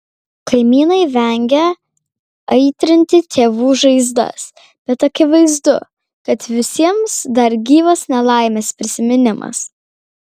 kaimynai vengia aitrinti tėvų žaizdas bet akivaizdu kad visiems dar gyvas nelaimės prisiminimas